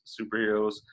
superheroes